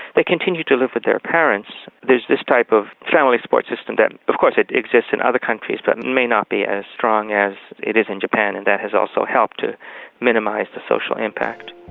they continue to live with their parents there's this type of family support system that of course it exists in other countries, but it and may not be as strong as it is in japan and that has also helped to minimise the social impact.